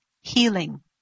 healing